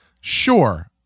sure –